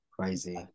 crazy